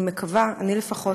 אני מקווה, אני לפחות,